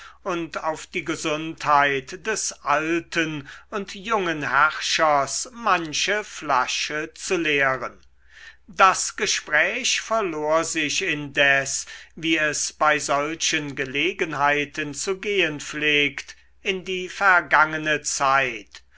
und auf die gesundheit des alten und jungen herrschers manche flasche zu leeren das gespräch verlor sich indes wie es bei solchen gelegenheiten zu gehen pflegt in die vergangene zeit